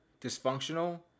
dysfunctional